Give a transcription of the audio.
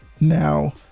Now